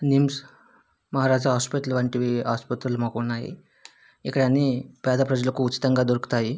నిమ్స్ మహారాజా ఆసుపత్రులు వంటివి ఆసుపత్రులు మాకు ఉన్నాయి ఇక్కడ అన్ని పేద ప్రజలకు ఉచితంగా దొరుకుతాయి